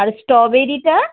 আর স্ট্রবেরিটা